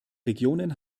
regionen